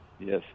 Yes